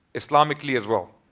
islamically as well.